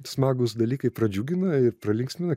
smagūs dalykai pradžiugina ir pralinksmina